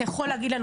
אתה יכול להגיד לנו,